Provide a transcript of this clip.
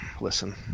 Listen